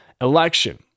election